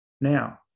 Now